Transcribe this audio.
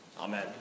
Amen